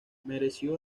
mereció